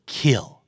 kill